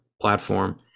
platform